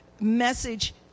message